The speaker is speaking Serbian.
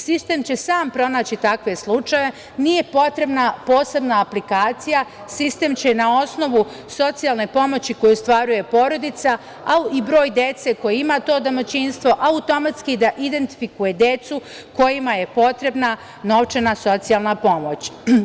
Sistem će sam pronaći takve slučajeve, nije potrebna posebna aplikacija, sistem će na osnovu socijalne pomoći koju ostvaruje porodica ali i broj dece koju ima to domaćinstvo automatski identifikuje decu kojima je potrebna novčana socijalna pomoć.